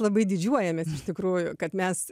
labai didžiuojamės iš tikrųjų kad mes